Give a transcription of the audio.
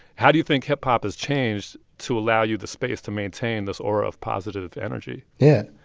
how do you think hip-hop has changed to allow you the space to maintain this aura of positive energy? yeah,